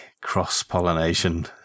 cross-pollination